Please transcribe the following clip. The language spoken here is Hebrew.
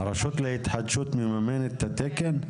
הרשות להתחדשות מממנת את התקן?